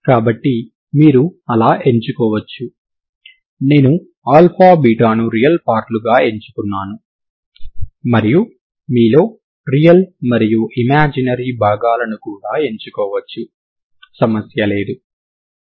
కాబట్టి మీరు అలా ఎంచుకోవచ్చు నేను ఆల్ఫా బీటాను రియల్ పార్ట్ లుగా ఎంచుకున్నాను మరియు మీలో రియల్ మరియు ఇమాజినరీ భాగాలను కూడా ఎంచుకోవచ్చు సమస్య లేదు సరేనా